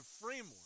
framework